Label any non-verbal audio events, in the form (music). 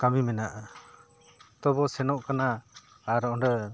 ᱠᱟᱹᱢᱤ ᱢᱮᱱᱟᱜᱼᱟ (unintelligible) ᱥᱮᱱᱚᱜ ᱠᱟᱱᱟ ᱟᱨ ᱚᱸᱰᱮ